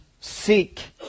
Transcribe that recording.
seek